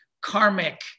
karmic